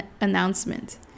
announcement